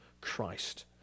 Christ